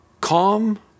Calm